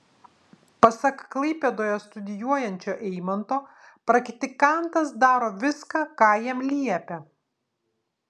pasak klaipėdoje studijuojančio eimanto praktikantas daro viską ką jam liepia